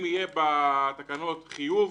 אם יהיה בתקנות חיוב,